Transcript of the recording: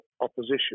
opposition